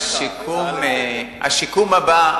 השיקום הבא,